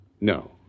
No